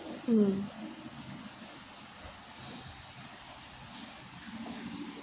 mm